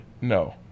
no